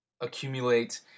accumulate